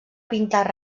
pintar